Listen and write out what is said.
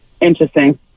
Interesting